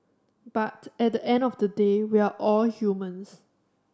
but at the end of the day we're all humans